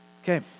Okay